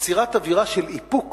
יצירת אווירה של איפוק